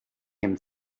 him